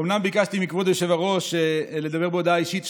אומנם ביקשתי מכבוד היושב-ראש לדבר בהודעה אישית,